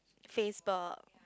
Facebook